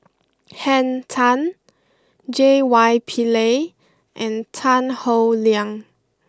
Henn Tan J Y Pillay and Tan Howe Liang